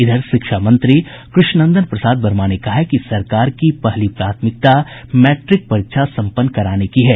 इधर शिक्षा मंत्री कृष्णनंदन प्रसाद वर्मा ने कहा है कि सरकार की पहली प्राथमिकता मैट्रिक परीक्षा सम्पन्न कराना है